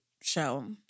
show